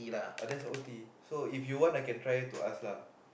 uh that's O_T so if you want I can try to ask lah